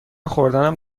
خوردنم